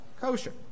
kosher